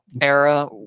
era